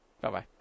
Bye-bye